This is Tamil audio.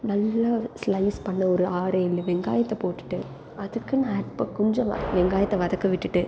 நல்லா ஸ்லைஸ் பண்ண ஒரு ஆறு ஏழு வெங்காயத்தை போட்டுட்டு அதுக்குன்னு ஆட் ப கொஞ்சமா வெங்காயத்தை வதக்க விட்டுட்டு